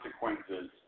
consequences